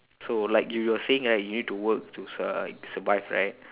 so like you you're saying right you need to work to like survive right